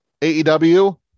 AEW